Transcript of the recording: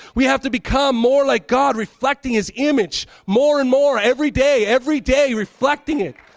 we have to become more like god, reflecting his image more and more every day. every day reflecting it.